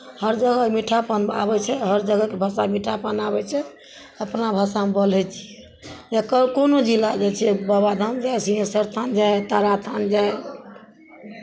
हर जगह मीठापन आबै छै हर जगहके भाषा मीठापन आबै छै अपना भाषामे बोलै छियै या कोनो जिला जाइ छियै बाबाधाम जाइ छियै सिहेंश्वर स्थान जाय तारा स्थान जाय